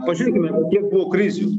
pažiūrėkime kiek buvo krizių